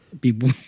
People